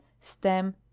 stem